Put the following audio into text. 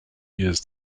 years